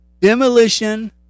demolition